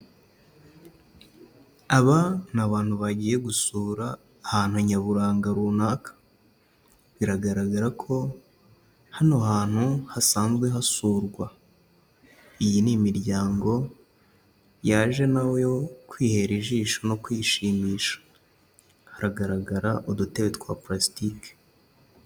Aha ni abantu bagiye gusura ahantu nyaburanga runaka. Biragaragara ko hano hantu hasanzwe hasurwa. Iyi ni imiryango yaje na yo kwihera ijisho no kwishimisha. Hragaragara udutebe twa purasitike.